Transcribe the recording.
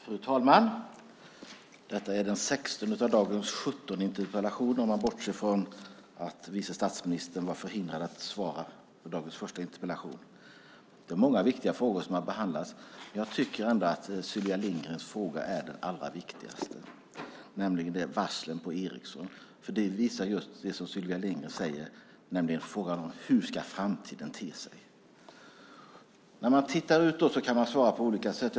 Fru talman! Detta är den 17:e av dagens 18 interpellationer, om man bortser från att vice statsministern var förhindrad att svara på dagens första interpellation. Det är många viktiga frågor som har behandlats. Jag tycker ändå att Sylvia Lindgrens fråga är den allra viktigaste, nämligen varslen på Ericsson. Det visar på just det som Sylvia Lindgren säger, nämligen hur framtiden ska te sig. Man kan svara på olika sätt.